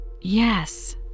Yes